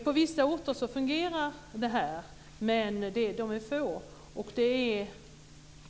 På vissa orter fungerar det här men de orterna är få.